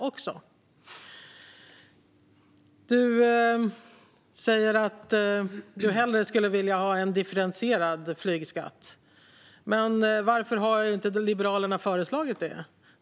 Du säger, Tina Acketoft, att du hellre skulle vilja ha en differentierad flygskatt. Men varför har inte Liberalerna föreslagit det?